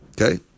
Okay